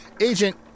Agent